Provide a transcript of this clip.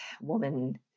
woman